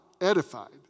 edified